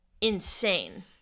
insane